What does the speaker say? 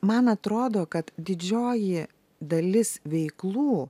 man atrodo kad didžioji dalis veiklų